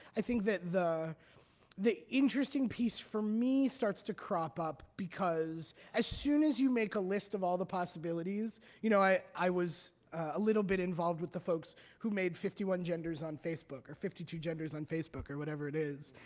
i think that the the interesting piece for me starts to crop up because as soon as you make a list of all the possibilities you know i i was a little bit involved with the folks who made fifty one genders on facebook or fifty two genders on facebook or whatever it is.